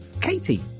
Katie